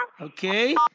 okay